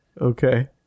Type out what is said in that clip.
Okay